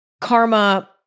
karma